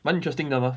蛮 interesting 的 mah